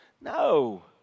No